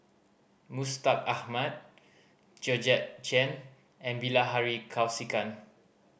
Mustaq Ahmad Georgette Chen and Bilahari Kausikan